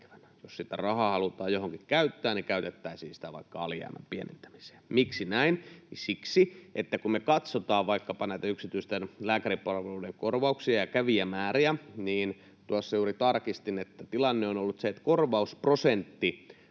Jos sitä rahaa halutaan johonkin käyttää, niin käytettäisiin sitä vaikka alijäämän pienentämiseen. Miksi näin? Siksi, että kun me katsotaan vaikkapa näitä yksityisten lääkäripalveluiden korvauksia ja kävijämääriä, niin tuossa juuri tarkistin, että tilanne on ollut se, että korvausprosentti